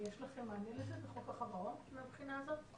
ויש לכם מענה לזה בחוק החברות מהבחינה הזאת?